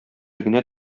генә